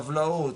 טבלאות,